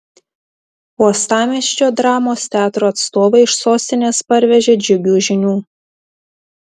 uostamiesčio dramos teatro atstovai iš sostinės parvežė džiugių žinių